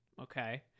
Okay